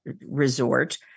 resort